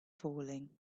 falling